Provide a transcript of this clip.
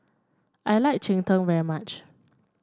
I like Cheng Tng very much